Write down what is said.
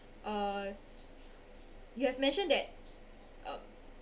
uh you have mentioned that